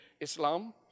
Islam